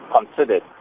considered